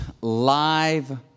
live